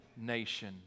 nation